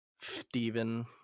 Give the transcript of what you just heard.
Steven